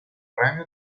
premio